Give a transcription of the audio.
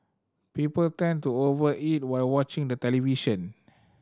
people tend to over eat while watching the television